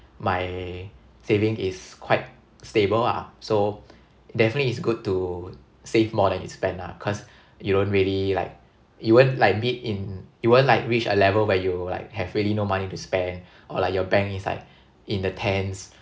my saving is quite stable ah so definitely it's good to save more than you spend lah cause you don't really like you won't like meet in you won't like reach a level where you like have really no money to spend or your bank is like in the tens